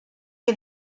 que